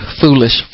foolish